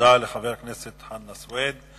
תודה לחבר הכנסת חנא סוייד.